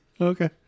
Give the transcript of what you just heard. Okay